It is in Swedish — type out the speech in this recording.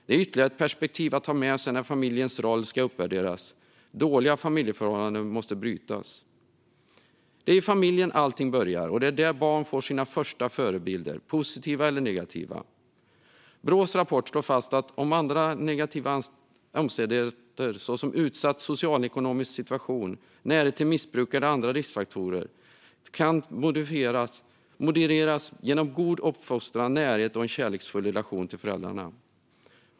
Det är ytterligare ett viktigt perspektiv att ha med sig när familjens roll ska uppvärderas. Dåliga familjeförhållanden måste brytas. Det är i familjen allting börjar, och det är där barn får sina första förebilder, positiva eller negativa. Brås rapport slår fast att andra negativa omständigheter såsom utsatt socioekonomisk situation, närhet till missbruk eller andra riskfaktorer kan modereras genom god uppfostran, närhet och en kärleksfull relation till föräldrarna.